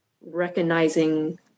recognizing